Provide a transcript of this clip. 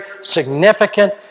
significant